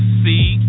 see